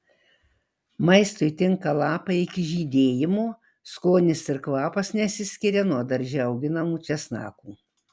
maistui tinka lapai iki žydėjimo skonis ir kvapas nesiskiria nuo darže auginamų česnakų